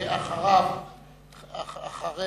אחרי